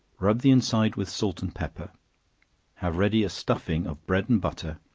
rub the inside with salt and pepper have ready a stuffing of bread and butter,